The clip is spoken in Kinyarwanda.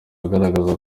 agaragaza